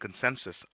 consensus